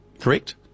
correct